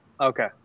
okay